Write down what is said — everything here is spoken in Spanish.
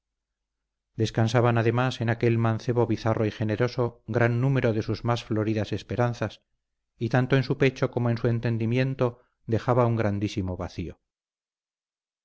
descansaban además en aquel mancebo bizarro y generoso gran número de sus más floridas esperanzas y tanto en su pecho como en su entendimiento dejaba un grandísimo vacío